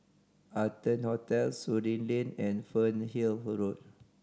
Arton Hotel Surin Lane and Fernhill Road